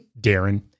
Darren